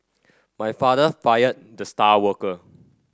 my father fired the star worker